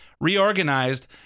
reorganized